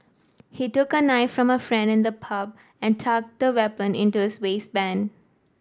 he took a knife from a friend in the pub and tucked the weapon into his waistband